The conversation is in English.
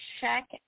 check